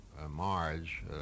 Marge